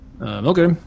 Okay